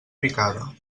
picada